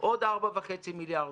עוד 4.5 מיליארד.